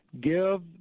give